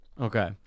okay